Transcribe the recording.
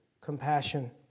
compassion